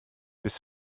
bis